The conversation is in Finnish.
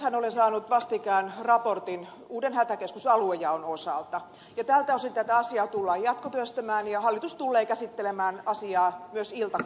nythän olen saanut vastikään raportin uuden hätäkeskusaluejaon osalta ja tältä osin tätä asiaa tullaan jatkotyöstämään ja hallitus tullee käsittelemään asiaa myös iltakoulussa